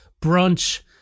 brunch